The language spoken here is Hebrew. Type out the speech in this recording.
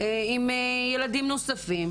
ועם ילדים נוספים.